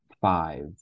five